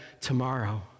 tomorrow